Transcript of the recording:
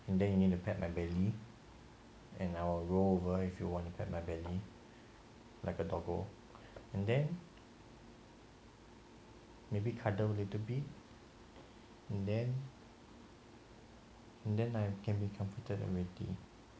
and then you need uh pat my belly and I'll roll over if you want to pat my belly like a doggo and then maybe cuddle a little bit and then and then I can be comforted already